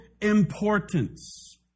importance